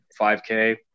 5K